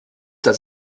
das